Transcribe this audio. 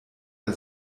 der